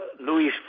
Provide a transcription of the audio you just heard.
Louis